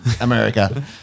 America